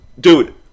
Dude